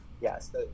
Yes